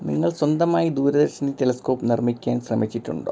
നിങ്ങൾ സ്വന്തമായി ദൂരദർശ്ശിനി ടെലസ്കോപ്പ് നിർമ്മിക്കാൻ ശ്രമിച്ചിട്ടുണ്ടോ